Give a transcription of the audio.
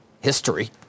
history